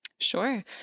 Sure